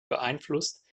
beeinflusst